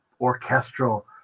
orchestral